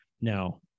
Now